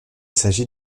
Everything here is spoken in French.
s’agit